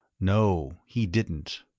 no, he didn't.